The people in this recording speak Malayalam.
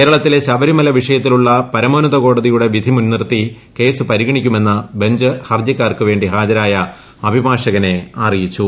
കേരളത്തിലെ ശബരിമല വിഷയത്തിലുള്ള പരമോന്നത കോടതിയുടെ വിധി മുൻനിർത്തി കേസ് പരിഗണിക്കുമെന്ന് ബെഞ്ച് ഹർജിക്കാർക്ക് വേ ി ഹാജരായ അഭിഭാഷകനെ അറിയിച്ചു